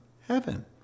heaven